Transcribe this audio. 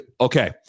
okay